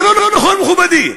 זה לא נכון, מכובדי.